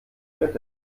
mitte